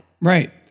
Right